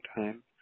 time